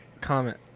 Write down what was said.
Comment